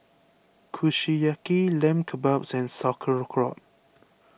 Kushiyaki Lamb Kebabs and Sauerkraut